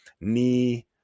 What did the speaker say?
knee